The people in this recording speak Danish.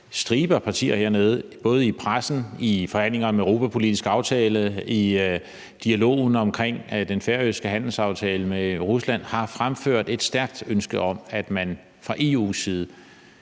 stribe af partier hernede i salen både i pressen, i forhandlinger om en europapolitisk aftale og i dialogen omkring den færøske handelsaftale med Rusland har fremført et stærkt ønske om, at man fra EU's side